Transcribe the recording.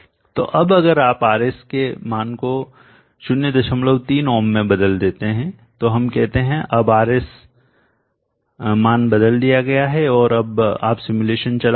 तो अब अगर आप RS के मान को 03 ओम में बदल देते हैं तो हम कहते हैं अब RS मान बदल दिया गया है और अब आप सिमुलेशन चलाते हैं